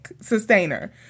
sustainer